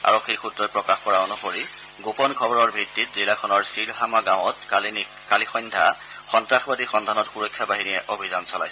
আৰক্ষীৰ সৃত্ৰই প্ৰকাশ কৰা অনুসৰি গোপন খবৰৰ ভিত্তিত জিলাখনৰ চিৰহামা গাঁৱত কালি সন্ধ্যা সন্ত্ৰাসবাদীৰ সন্ধানত সুৰক্ষা বাহিনীয়ে অভিযান চলায়